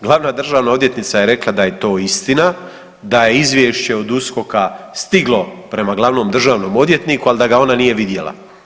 Glavna državna odvjetnica je rekla da je to istina, da je Izvješće od USKOK-a stiglo prema Glavnom državnom odvjetniku, ali da ga ona nije vidjela.